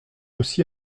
aussi